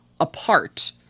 apart